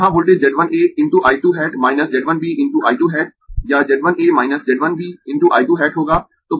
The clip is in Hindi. तो यहाँ voltage Z 1 A × I 2 hat minus Z 1 B × I 2 hat या Z 1 A minus Z 1 B × I 2 hat होगा